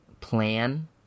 plan